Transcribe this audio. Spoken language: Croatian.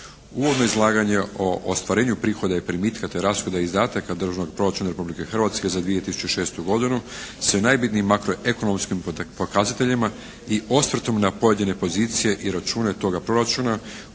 Uvodno izlaganje o ostvarenju prihoda i primitka te rashoda i izdataka državnog proračuna Republike Hrvatske za 2006. godinu se …/Govornik se ne razumije./… makroekonomskim pokazateljima i osvrtom na pojedine pozicije i račune toga proračuna